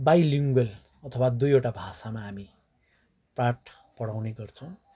bilingual अथवा दुईवटा भाषामा हामी पाठ पढाउने गर्छौँ